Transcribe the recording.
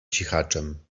cichaczem